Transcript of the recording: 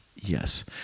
Yes